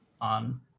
on